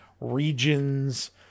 regions